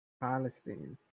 palestine